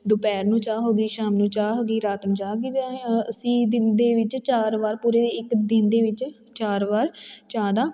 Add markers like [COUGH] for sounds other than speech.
ਦੁਪਹਿਰ ਨੂੰ ਚਾਹ ਹੋ ਗਈ ਸ਼ਾਮ ਨੂੰ ਚਾਹ ਹੋ ਗਈ ਰਾਤ ਨੂੰ ਚਾਹ ਹੋ ਗਈ ਅਤੇ [UNINTELLIGIBLE] ਅਸੀਂ ਦਿਨ ਦੇ ਵਿੱਚ ਚਾਰ ਵਾਰ ਪੂਰੇ ਇੱਕ ਦਿਨ ਦੇ ਵਿੱਚ ਚਾਰ ਵਾਰ ਚਾਹ ਦਾ